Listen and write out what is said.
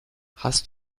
hast